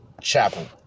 Chapel